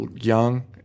young